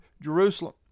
Jerusalem